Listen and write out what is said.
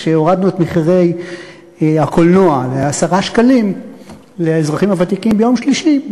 כשהורדנו את מחירי הקולנוע ל-10 שקלים לאזרחים הוותיקים ביום שלישי,